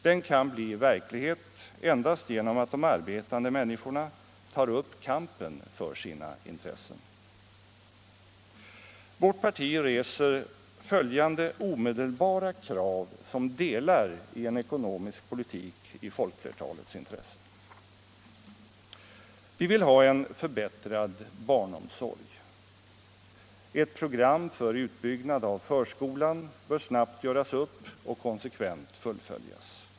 Den kan bli verklighet endast genom att de arbetande människorna tar upp kampen för sina intressen. Vårt parti reser följande omedelbara krav som delar i en ekonomisk politik i folkflertalets intresse: Vi vill ha en förbättrad barnomsorg. Ett program för utbyggnad av förskolan bör snabbt göras upp och konsekvent fullföljas.